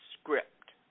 script